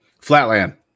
Flatland